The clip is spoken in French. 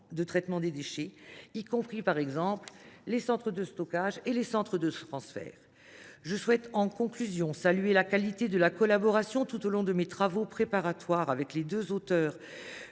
de traitement des déchets, y compris par exemple les centres de stockage ou de transfert. Je souhaite, en conclusion, saluer la qualité de la collaboration tout au long de mes travaux préparatoires avec les deux auteurs